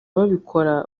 babikora